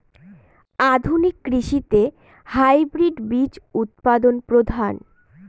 আধুনিক কৃষিতে হাইব্রিড বীজ উৎপাদন প্রধান